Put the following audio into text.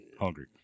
hungry